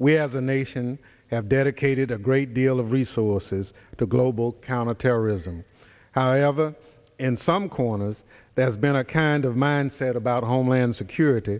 we as a nation have dedicated a great deal of resources to global counterterrorism however in some corners there's been a kind of mindset about homeland security